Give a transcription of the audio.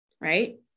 right